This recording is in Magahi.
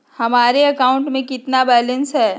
हमारे अकाउंट में कितना बैलेंस है?